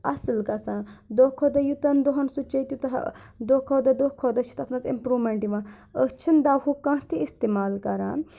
اَصٕل گژھان دۄہ کھۄتہٕ دۄہ یوٗتَن دۄہَن سُہ چیٚیہِ تیوٗتاہ دۄہ کھۄتہٕ دۄہ دۄہ کھۄتہٕ دۄہ چھِ تَتھ منٛز اِمپروٗمؠنٛٹ یِوان أسۍ چھِنہٕ دَوہُک کانٛہہ تہِ اِستعمال کَران